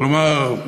כלומר,